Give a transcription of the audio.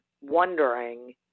wondering